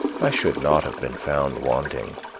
i should not have been found wanting.